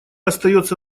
остается